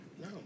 No